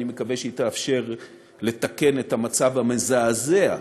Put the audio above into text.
ואני מקווה שהיא תאפשר לתקן את המצב המזעזע,